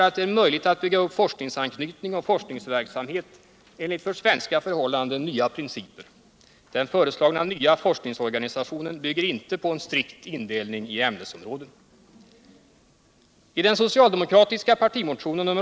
Ny Onsdagen den väg för forskning” är en mycket intressant läsning.